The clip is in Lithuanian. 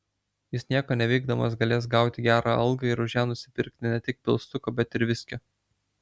jis nieko neveikdamas galės gauti gerą algą ir už ją nusipirkti ne tik pilstuko bet ir viskio